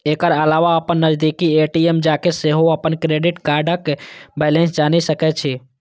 एकर अलावा अपन नजदीकी ए.टी.एम जाके सेहो अपन क्रेडिट कार्डक बैलेंस जानि सकै छी